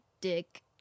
dick